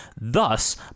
Thus